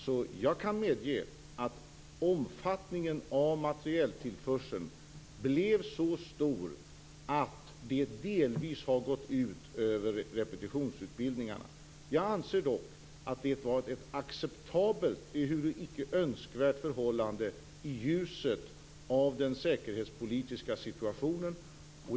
Jag kan alltså medge att omfattningen av materieltillförseln blev så stor att det delvis har gått ut över repetitionsutbildningarna. Jag anser dock att det var ett acceptabelt, ehuru icke önskvärt, förhållande i ljuset av den säkerhetspolitiska situationen.